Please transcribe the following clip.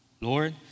Lord